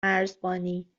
مرزبانی